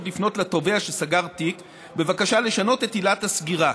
לפנות לתובע שסגר תיק בבקשה לשנות את עילת הסגירה.